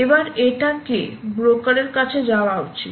এবার এটা কে ব্রোকার এর কাছে যাওয়া উচিত